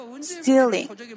Stealing